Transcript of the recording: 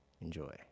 Enjoy